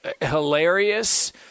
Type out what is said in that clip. hilarious